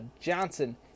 Johnson